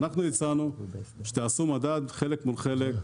אנחנו הצענו שתעשו מדד חלק מול חלק,